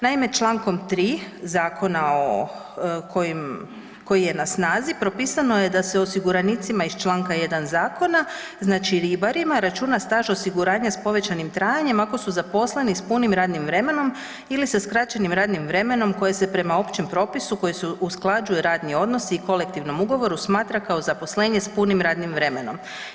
Naime, člankom 3. Zakona koji je na snazi propisano je da se osiguranicima iz članka 1. Zakona, znači ribarima računa staž osiguranja sa povećanim trajanjem ako su zaposleni sa punim radnim vremenom ili sa skraćenim radnim vremenom koje se prema općem propisu kojim se usklađuju radni odnosi i kolektivnom ugovoru smatra kao zaposlenje sa punim radnim vremenom.